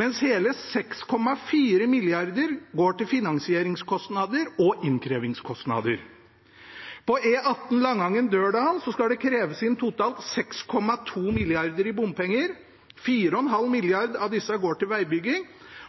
mens hele 6,4 mrd. kr går til finansieringskostnader og innkrevingskostnader. På E18 Langangen–Dørdal skal det kreves inn totalt 6,2 mrd. kr i bompenger. 4,5 mrd. kr av disse går til vegbygging,